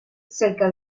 cerca